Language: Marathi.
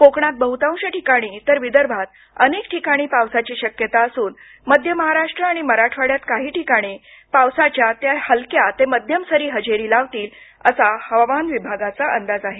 कोकणात बहुतांश ठिकाणी तर विदर्भात अनेक ठिकाणी पावसाची शक्यता असून मध्य महाराष्ट्र आणि मराठवाड्यात काही ठिकाणी पावसाच्या हलक्या ते मध्यम सरी हजेरी लावतील असा हवामान विभागाचा अंदाज आहे